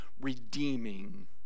redeeming